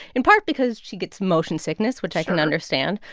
in part because she gets motion sickness, which i can understand.